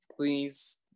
please